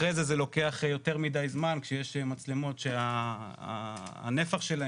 אחרי זה זה לוקח יותר מדי זמן כשיש מצלמות שהנפח שלהן